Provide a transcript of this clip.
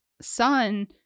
son